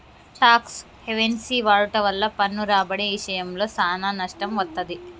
talks havens వాడుట వల్ల పన్ను రాబడి ఇశయంలో సానా నష్టం వత్తది